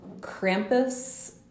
Krampus